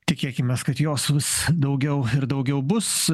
tikėkimės kad jos vis daugiau ir daugiau bus